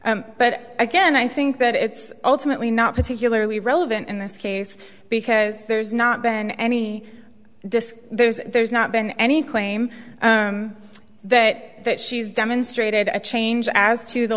review but again i think that it's ultimately not particularly relevant in this case because there's not been any this there's there's not been any claim that that she's demonstrated a change as to the